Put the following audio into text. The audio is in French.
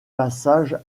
passage